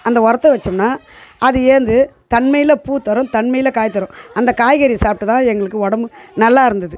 அந்த உரத்த வச்சோன்னால் அது ஏந்து தன்மையில் பூ தரும் தன்மையில் காய் தரும் அந்த காய்கறியை சாப்பிட்டுதான் எங்களுக்கு உடம்பு நல்லா இருந்தது